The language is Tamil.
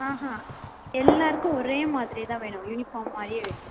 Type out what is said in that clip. ம்ஹும் எல்லாருக்கும் ஒரே மாதிரிதான் வேணும் யூனிஃபார்ம் மாதிரியே வேணும்